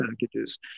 packages